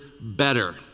better